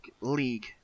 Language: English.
League